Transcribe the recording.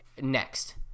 next